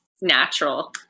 natural